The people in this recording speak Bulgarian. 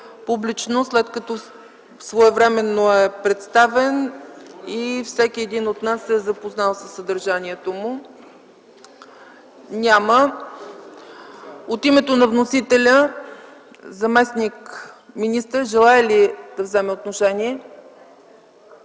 доклада, след като своевременно е представен и всеки от нас е запознат със съдържанието му? От името на вносителя заместник-министърът желае ли да вземе отношение?